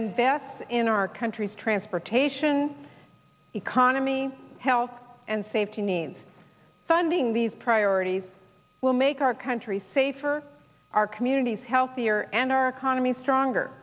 invests in our country's transportation economy health and safety needs funding these priorities will make our country safer our communities healthier and our economy stronger